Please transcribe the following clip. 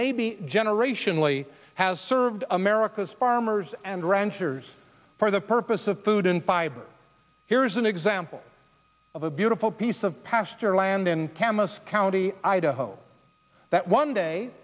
maybe generationally has served america's farmers and ranchers for the purpose of food and fiber here is an example of a beautiful piece of pasture land in camis county idaho that one day